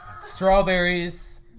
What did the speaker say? strawberries